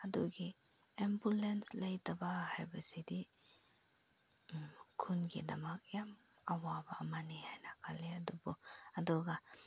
ꯑꯗꯨꯒꯤ ꯑꯦꯝꯕꯨꯂꯦꯟꯁ ꯂꯩꯇꯕ ꯍꯥꯏꯕꯁꯤꯗꯤ ꯈꯨꯟꯒꯤꯗꯃꯛ ꯌꯥꯝ ꯑꯋꯥꯕ ꯑꯃꯅꯤ ꯍꯥꯏꯅ ꯈꯜꯂꯦ ꯑꯗꯨꯕꯨ ꯑꯗꯨꯒ